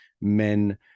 men